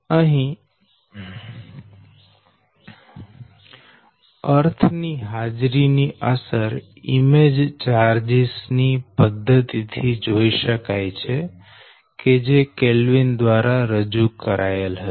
અહીં અર્થ ની હાજરી ની અસર ઈમેજ ચાર્જીસ ની પદ્ધતિ થી જોઈ શકાય કે જે કેલ્વિન દ્વારા રજૂ કરાયેલ હતી